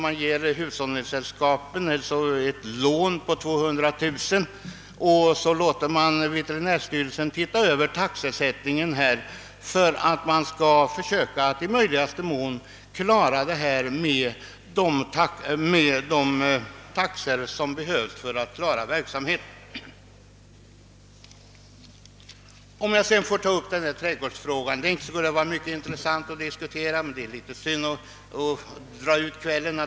Man ger hushållningssällskapen ett lån på 200 000 kronor och låter veterinärstyrelsen se över taxesättningen för att försöka att i möjligaste mån klara verksamheten med avgifterna. Det skulle vara mycket intressant att diskutera trädgårdsfrågan, men det är litet synd att förlänga debatten i kväll.